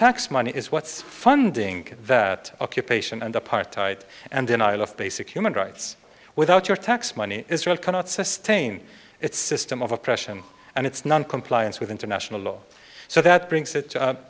tax money is what's funding that occupation and apartheid and denial of basic human rights without your tax money israel cannot sustain its system of oppression and its noncompliance with international law so that brings that